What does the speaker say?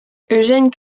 eugene